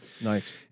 Nice